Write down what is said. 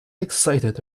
excited